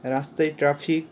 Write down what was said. রাস্তায় ট্রাফিক